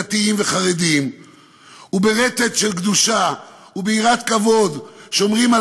דתיים וחרדים וברטט של קדושה וביראת כבוד שומרים על